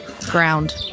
ground